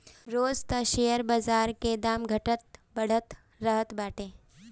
रोज तअ शेयर बाजार के दाम घटत बढ़त रहत बाटे